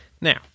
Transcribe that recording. Now